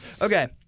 Okay